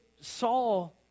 Saul